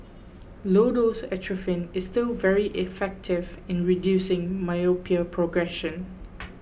low dose atropine is still very effective in reducing myopia progression